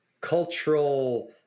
Cultural